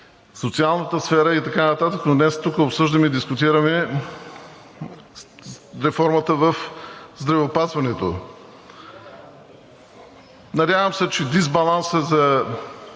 социалната сфера и така нататък, но днес тук обсъждаме и дискутираме реформата в здравеопазването. Надявам се, че дисбалансът за